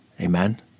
Amen